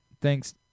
Thanks